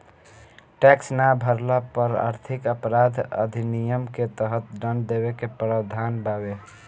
tax ना भरला पर आर्थिक अपराध अधिनियम के तहत दंड देवे के प्रावधान बावे